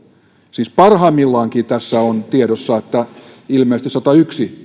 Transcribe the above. siis parhaimmillaankin on tiedossa että ilmeisesti sadanyhden